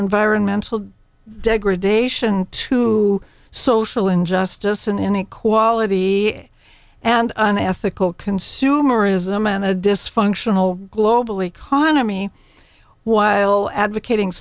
degradation to social injustice and inequality and an ethical consumerism and a dysfunctional global economy while advocating